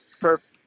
Perfect